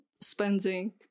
spending